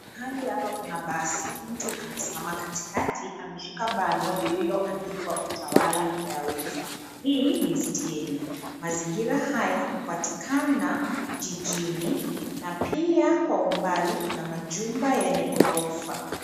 Mahali hapa pana basi. Mtu amesimama katikati. Ameshika bango lililoandikwa, utawala airways. Hii ni steni. Mazingira haya hupatikana jijini na pia kwa umbali kuna majumba yenye ghorofa.